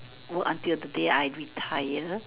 work until the day I retire